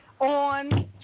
on